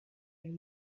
این